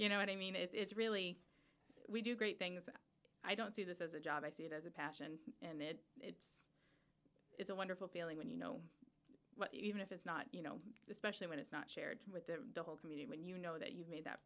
you know what i mean it's really we do great things and i don't see this as a job i see it as a passion and that it's a wonderful feeling when you know even if it's not you know especially when it's not shared with the whole community when you know that you've made that